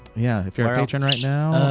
yeah, if you're a patron right now.